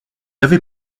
avait